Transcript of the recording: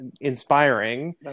inspiring